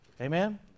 Amen